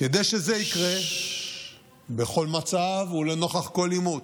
כדי שזה יקרה בכל מצב ולנוכח כל עימות,